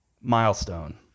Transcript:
Milestone